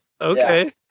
okay